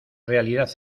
realidad